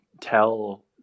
tell